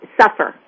suffer